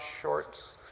shorts